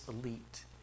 elite